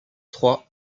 trois